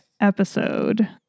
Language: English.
episode